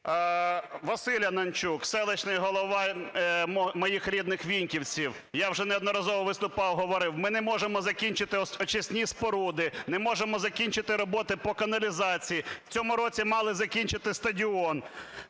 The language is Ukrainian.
Василь Ананчук – селищний голова моїх рідних Віньківців. Я вже неодноразово виступав і говорив, ми не можемо закінчити очисні споруди, не можемо закінчити роботи по каналізації, в цьому році мали закінчити стадіон.